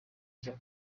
cya